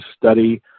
study